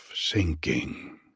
Sinking